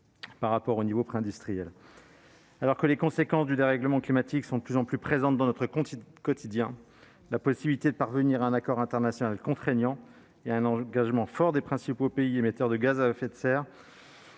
par rapport aux niveaux préindustriels. Alors que les conséquences du dérèglement climatique sont de plus en plus présentes dans notre quotidien, la possibilité de parvenir à un accord international contraignant et à un engagement fort des principaux pays émetteurs de gaz à effet de serre